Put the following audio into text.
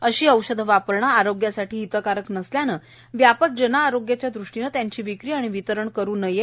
अशी औषधे वापरणे योग्य नसल्यानं व्यापक जनआरोग्याच्या दृष्टीनं त्यांची विक्री आणि वितरण करू नये